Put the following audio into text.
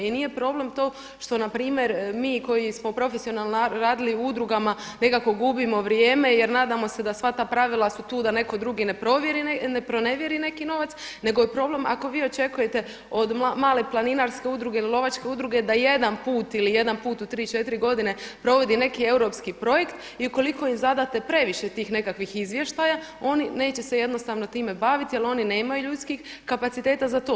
I nije problem to što npr. mi koji smo profesionalno radili u udrugama nekako gubimo vrijeme jer nadamo se sva ta pravila su tu da neko drugi ne pronevjeri neki novac nego je problem ako vi očekujete od male planinarske udruge ili lovačke udruge da jedan put ili jedan put u 3, 4 godine provodi neki europski projekt i ukoliko im zadate previše tih nekakvih izvještaja oni neće se jednostavno time baviti jel oni nemaju ljudskih kapaciteta za to.